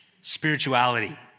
spirituality